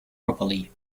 properly